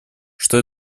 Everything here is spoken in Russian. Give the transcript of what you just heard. что